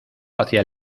hacia